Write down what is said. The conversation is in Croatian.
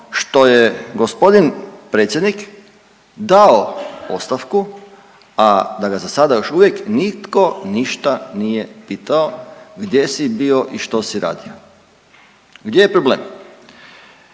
što je gospodin predsjednik dao ostavku, a da ga za sada još uvijek nitko ništa nije pitao gdje si bio i što si radio. Gdje je problem?